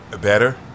better